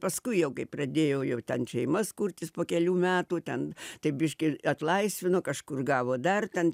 paskui jau kai pradėjo jau ten šeimas kurtis po kelių metų ten tai biškį atlaisvino kažkur gavo dar ten